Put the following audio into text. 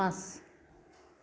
পাঁচ